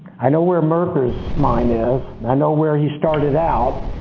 i know where merkers mine is and i know where he started out.